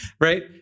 right